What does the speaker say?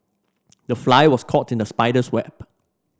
the fly was caught in the spider's web